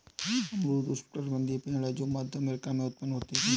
अमरूद उष्णकटिबंधीय पेड़ है जो मध्य अमेरिका में उत्पन्न होते है